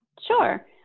Sure